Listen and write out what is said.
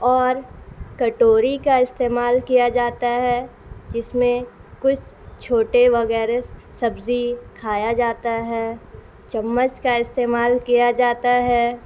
اور کٹوری کا استعمال کیا جاتا ہے جس میں کچھ چھوٹے وغیرہ سبزی کھایا جاتا ہے چمچ کا استعمال کیا جاتا ہے